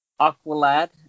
Aqualad